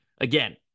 again